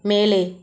மேலே